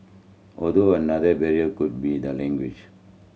although another barrier could be the language